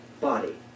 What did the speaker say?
body